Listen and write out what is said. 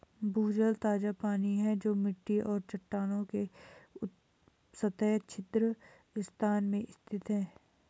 भूजल ताजा पानी है जो मिट्टी और चट्टानों के उपसतह छिद्र स्थान में स्थित है